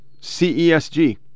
CESG